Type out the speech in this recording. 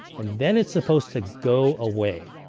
and then it's supposed to go away.